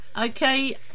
Okay